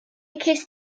cest